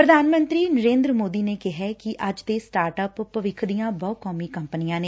ਪ੍ਰਧਾਨ ਮੰਤਰੀ ਨਰੇ'ਦਰ ਮੋਦੀ ਨੇ ਕਿਹੈ ਕਿ ਅੱਜ ਦੇ ਸਟਾਰਟ ਅਪ ਭਵਿੱਖ ਦੀਆਂ ਬਹੁ ਕੌਮੀ ਕੰਪਨੀਆਂ ਨੇ